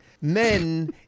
men